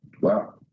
Wow